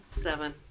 Seven